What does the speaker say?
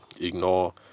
ignore